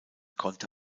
konnte